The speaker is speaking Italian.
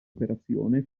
operazione